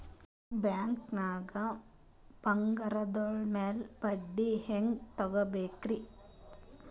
ಬ್ಯಾಂಕ್ದಾಗ ಬಂಗಾರದ್ ಮ್ಯಾಲ್ ಬಡ್ಡಿ ಹೆಂಗ್ ತಗೋಬೇಕ್ರಿ?